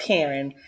Karen